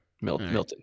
Milton